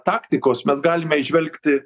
taktikos mes galime įžvelgti